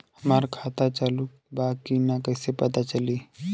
हमार खाता चालू बा कि ना कैसे पता चली?